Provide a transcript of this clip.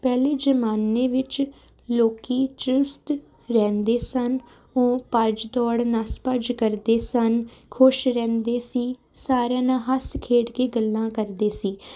ਪਹਿਲੇ ਜ਼ਮਾਨੇ ਵਿੱਚ ਲੋਕ ਚੁਸਤ ਰਹਿੰਦੇ ਸਨ ਉਹ ਭੱਜ ਦੌੜ ਨਸ ਭੱਜ ਕਰਦੇ ਸਨ ਖੁਸ਼ ਰਹਿੰਦੇ ਸੀ ਸਾਰਿਆਂ ਨਾਲ ਹੱਸ ਖੇਡ ਕੇ ਗੱਲਾਂ ਕਰਦੇ ਸੀ